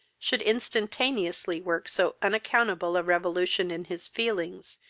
should instantaneously work so unaccountable revolution in his feelings,